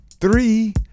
Three